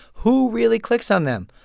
who really clicks on them?